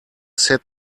set